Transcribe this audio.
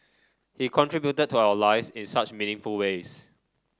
he contributed to our lives in such meaningful ways